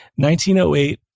1908